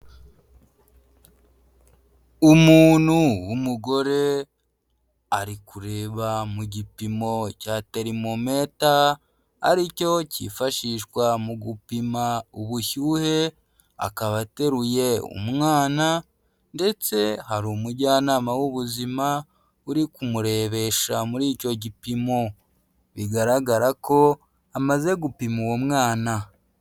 Umuntu w'umugore ari kureba mu gipimo cya termometer, aricyo cyifashishwa mu gupima ubushyuhe, akaba ateruye umwana ndetse hari umujyanama w'ubuzima, uri kumurebesha muri icyo gipimo, bigaragara ko amaze gupima uwo mwana.